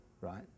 right